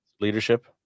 leadership